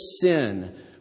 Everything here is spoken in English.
sin